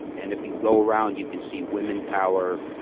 and if you go around, you can see women power,